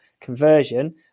Conversion